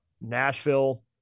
Nashville